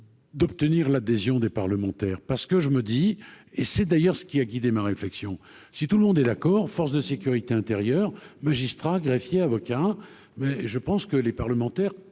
D'obtenir l'adhésion des parlementaires parce que je me dis, et c'est d'ailleurs ce qui a guidé ma réflexion, si tout le monde est d'accord, forces de sécurité intérieure, magistrats, greffiers, avocats mais je pense que les parlementaires